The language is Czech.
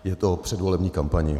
Je to o předvolební kampani.